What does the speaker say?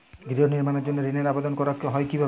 গৃহ নির্মাণের জন্য ঋণের আবেদন করা হয় কিভাবে?